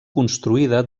construïda